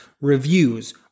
reviews